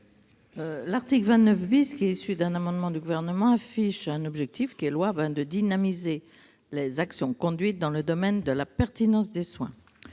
L'article 29 , issu d'un amendement du Gouvernement, affiche l'objectif louable de « dynamiser » les actions conduites dans le domaine de la pertinence des soins.